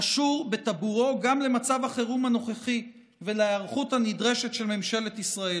קשור בטבורו גם למצב החירום הנוכחי ולהיערכות הנדרשת של ממשלת ישראל.